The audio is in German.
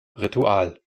ritual